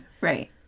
Right